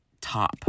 top